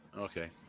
Okay